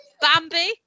bambi